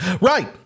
Right